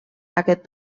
aquest